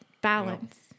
balance